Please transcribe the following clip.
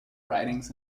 writings